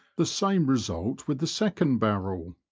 the same result with the second barrel.